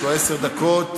יש לו עשר דקות.